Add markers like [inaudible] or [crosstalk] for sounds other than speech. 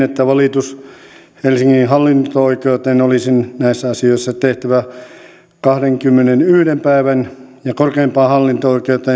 [unintelligible] että valitus helsingin hallinto oikeuteen olisi näissä asioissa tehtävä kahdenkymmenenyhden päivän ja korkeimpaan hallinto oikeuteen